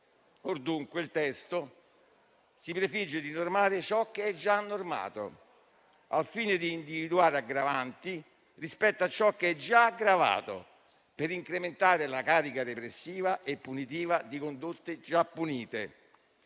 Dunque il testo si prefigge di normare ciò che è già normato, al fine di individuare aggravanti rispetto a ciò che è già aggravato, per incrementare la carica repressiva e punitiva di condotte già punite,